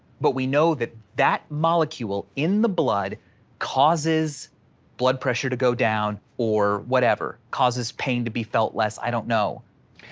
but we know that that molecule in the blood causes blood pressure to go down, or whatever, causes pain to be felt less, i don't know.